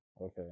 Okay